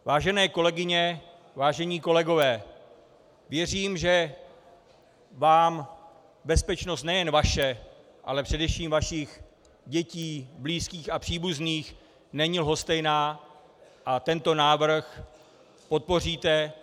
Vážené kolegyně, vážení kolegové, věřím, že vám bezpečnost nejen vaše, ale především vašich dětí, blízkých a příbuzných není lhostejná a tento návrh podpoříte.